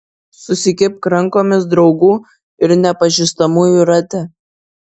susikibk rankomis draugų ir nepažįstamųjų rate